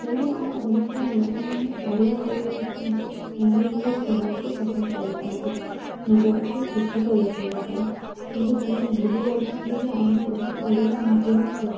ତେଣୁ ଆମ ଓଡ଼ିଶାର ଲୋକମାନେ ଓଡ଼ିଆ ପରିବର୍ତ୍ତେ ହିନ୍ଦୀ ଇଂଲିଶ୍ କହିବାକୁ ପସନ୍ଦ କରୁଛନ୍ତି ନିଜକୁ ଶିକ୍ଷିତ ଦେଖେଇବା ପାଇଁ କିନ୍ତୁ ସେମାନେ ଭୁଲି ଯାଉଛନ୍ତି ଯେ ଆମେ ଏହି ଓଡ଼ିଆ ମାଟିର ଛୁଆ